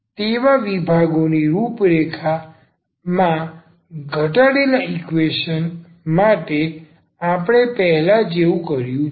તેવા વિભાગોની રૂપરેખા માં ઘટાડેલા ઈકવેશન માટે આપણે પહેલા જેવું કર્યું છે